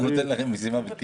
הוא נותן לכם משימה בלתי